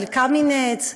על קמיניץ,